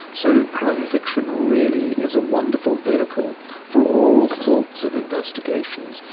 so crime fiction really is a wonderful vehicle for all sorts of investigations,